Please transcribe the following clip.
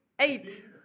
eight